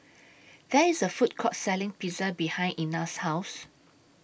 There IS A Food Court Selling Pizza behind Ina's House